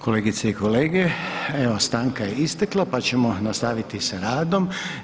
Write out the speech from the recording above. Kolegice i kolege, evo stanka je istekla pa ćemo nastaviti s radom.